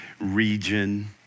region